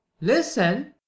listen